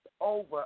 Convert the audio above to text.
over